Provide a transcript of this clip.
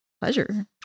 Pleasure